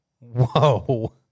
Whoa